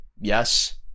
yes